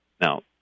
Now